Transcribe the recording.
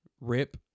rip